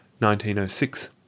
1906